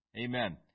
Amen